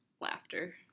laughter